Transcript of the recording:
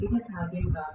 ఇది సాధ్యం కాదు